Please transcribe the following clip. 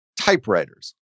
typewriters